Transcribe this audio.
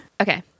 Okay